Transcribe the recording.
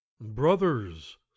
Brothers